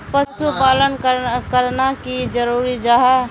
पशुपालन करना की जरूरी जाहा?